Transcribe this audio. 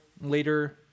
later